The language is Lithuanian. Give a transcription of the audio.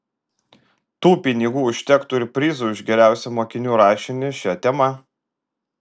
tų pinigų užtektų ir prizui už geriausią mokinių rašinį šia tema